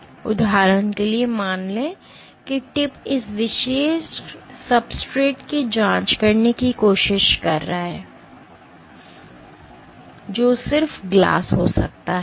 इसलिए उदाहरण के लिए मान लें कि टिप इस विशेष सब्सट्रेट की जांच करने की कोशिश कर रहा है जो सिर्फ ग्लास हो सकता है